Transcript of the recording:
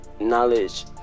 knowledge